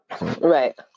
Right